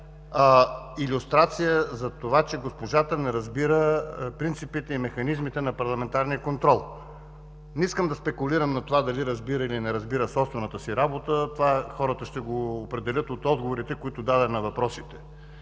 илюстрация, че госпожата не разбира принципите и механизмите на парламентарния контрол. Не искам да спекулирам с това – дали разбира, или не разбира собствената си работа – това хората ще определят от отговорите, които даде на въпросите.